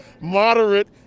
moderate